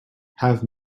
have